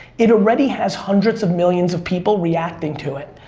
it already has hundreds of millions of people reacting to it.